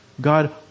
God